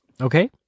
Okay